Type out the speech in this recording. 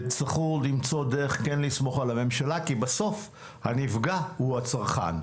תצטרכו למצוא דרך כן לסמוך על הממשלה כי בסוף הנפגע הוא הצרכן,